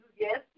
yes